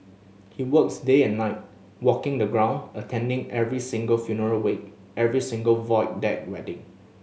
he works day and night walking the ground attending every single funeral wake every single Void Deck wedding